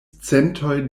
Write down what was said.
centoj